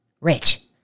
Rich